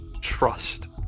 trust